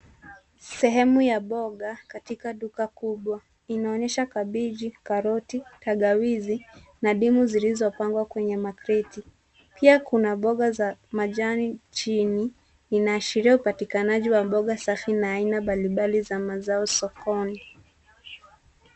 Sehemu ya mboga katika duka kubwa inaonyesha kabeji, karoti, tangawizi na ndimu zilizo pangwa kwenye kreti pia kuna mboga za majani inashiria upatikanajiti wa mboga safi na aina mbali mbali ya mazao sokoni